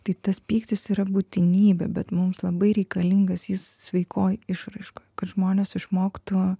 tai tas pyktis yra būtinybė bet mums labai reikalingas jis sveikoj išraiškoj kad žmonės išmoktų